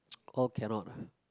all cannot lah